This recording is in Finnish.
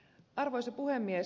arvoisa puhemies